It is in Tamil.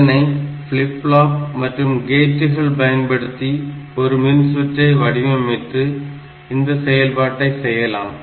இதனை flip flop மற்றும் கேட்டுகள் பயன்படுத்தி ஒரு மின்சுற்றை வடிவமைத்து இந்த செயல்பாடை செய்யலாம்